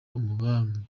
amabanki